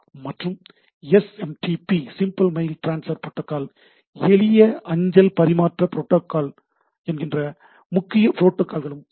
மற்றும் S M T P எளிய அஞ்சல் பரிமாற்ற ப்ரோட்டோகால் என்ற முக்கிய ப்ரோட்டோகாலும் உள்ளது